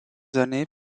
années